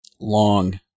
Long